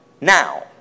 now